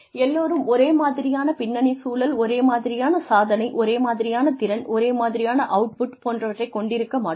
எல்லோருமே ஒரே மாதிரியான பின்னணி சூழல் ஒரே மாதிரியான சாதனை ஒரே மாதிரியான திறன் ஒரே மாதிரியான அவுட்புட் போன்றவற்றை கொண்டிருக்க மாட்டோம்